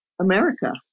America